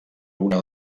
una